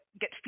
get